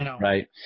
Right